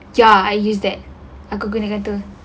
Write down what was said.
ya I use that aku gunakan tu